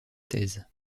thèse